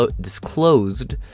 disclosed